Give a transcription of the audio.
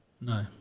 No